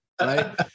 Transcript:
right